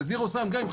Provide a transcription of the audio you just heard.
זה משחק סכום אפס.